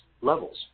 levels